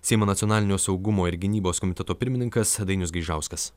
seimo nacionalinio saugumo ir gynybos komiteto pirmininkas dainius gaižauskas